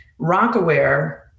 Rockaware